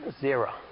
Zero